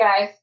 guys